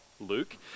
Luke